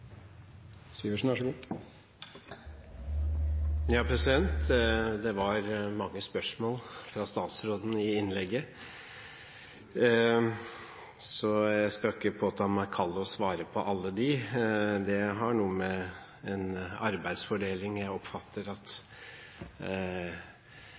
Det var mange spørsmål fra statsråden i innlegget. Jeg skal ikke påta meg kallet å svare på alle. Det har noe med en arbeidsfordeling å gjøre, og jeg oppfatter at